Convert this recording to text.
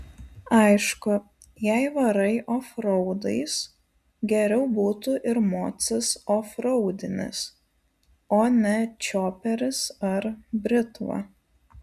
aišku jei varai ofraudais geriau būtų ir mocas ofraudinis o ne čioperis ar britva